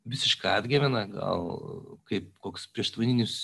visiška atgyvena gal kaip koks prieštvaninis